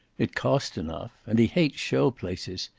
it cost enough and he hates show places.